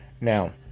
Now